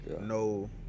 no